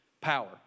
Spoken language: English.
power